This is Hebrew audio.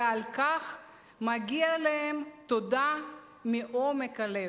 ועל כך מגיעה להם תודה מעומק הלב.